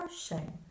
shame